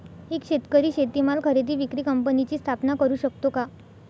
एक शेतकरी शेतीमाल खरेदी विक्री कंपनीची स्थापना करु शकतो का?